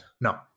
No